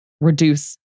reduce